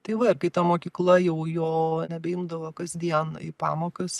tai va ir kai ta mokykla jau jo nebeimdavo kasdien į pamokas